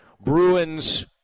Bruins